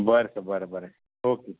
बरें सर बरें बरें ओके